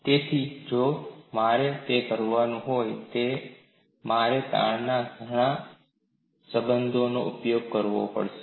તેથી જો મારે તે કરવાનું હોય તો મારે તાણના તાણ સંબંધોનો ઉપયોગ કરવો પડશે